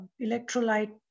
electrolyte